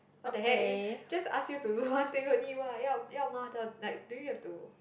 what the heck just ask you to do one thing only what 要要骂到 like do you have to